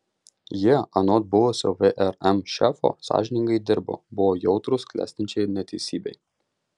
jie anot buvusio vrm šefo sąžiningai dirbo buvo jautrūs klestinčiai neteisybei